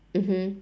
mmhmm